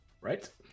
Right